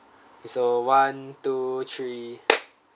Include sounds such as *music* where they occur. so one two three *noise*